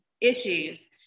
issues